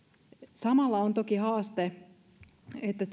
samalla on toki haaste että